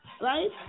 right